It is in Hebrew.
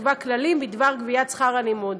תקבע כללים בדבר גביית שכר הלימוד.